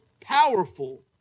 powerful